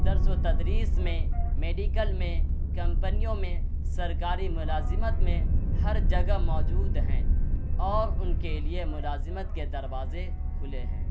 درس و تدریس میں میڈیکل میں کمپنیوں میں سرکاری ملازمت میں ہر جگہ موجود ہیں اور ان کے لیے ملازمت کے دروازے کھلے ہیں